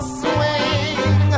swing